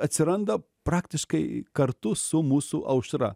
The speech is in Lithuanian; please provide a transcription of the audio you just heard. atsiranda praktiškai kartu su mūsų aušra